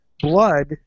blood